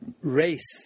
race